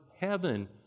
heaven